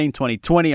2020